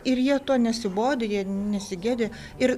ir jie to nesibodi jie nesigėdi ir